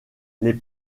les